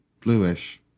bluish